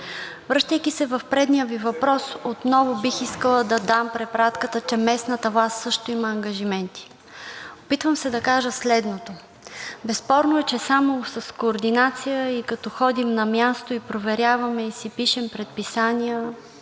Връщайки се в предния Ви въпрос, отново бих искала да дам препратката, че местната власт също има ангажименти. Опитвам се да кажа следното: безспорно е, че само с координация и като ходим на място и проверяваме, и си пишем предписания,